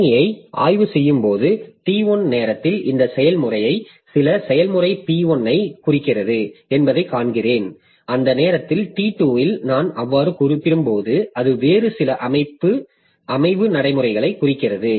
கணினியை ஆய்வு செய்யும் போது t 1 நேரத்தில் இந்த செயல்முறை சில செயல்முறை P 1 ஐக் குறிக்கிறது என்பதைக் காண்கிறேன் அந்த நேரத்தில் t 2 இல் நான் அவ்வாறு குறிப்பிடும்போது அது வேறு சில அமைவு நடைமுறைகளைக் குறிக்கிறது